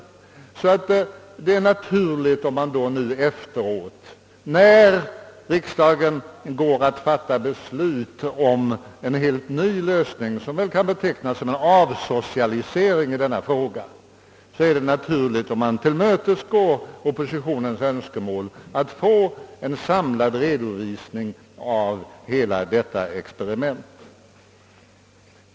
Det är därför naturligt att vi nu efteråt, när riksdagen går att fatta beslut om en helt ny lösning, som väl kan betecknas som avsocialisering av denna fråga, tillmötesgår oppositionens önskemål att få en samlad redovisning av hela detta experiment.